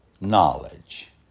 knowledge